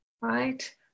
right